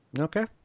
Okay